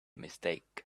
mistake